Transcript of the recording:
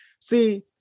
See